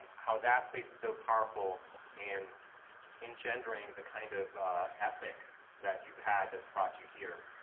how that space is so powerful in in gendering the kind of ethic that you've had that's brought you here.